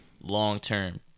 long-term